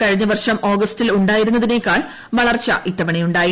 കഴിഞ്ഞ വർഷം ആഗസ്റ്റിൽ ഉ ായിരുന്നതിനേക്കാൾ വളർച്ച ഇത്തവണ ഉ ായി